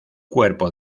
cuerpo